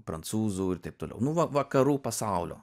prancūzų ir taip toliau nu vakarų pasaulio